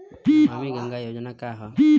नमामि गंगा योजना का ह?